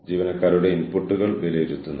ഏത് അവ്യക്തതയും ഓർഗനൈസേഷനെതിരേ കോടതിയിൽ നടത്താം